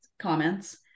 comments